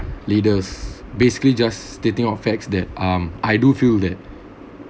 leaders basically just stating all facts that um I do feel that